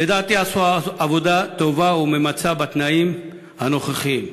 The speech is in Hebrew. לדעתי, הם עשו עבודה טובה וממצה בתנאים הנוכחיים.